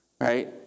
right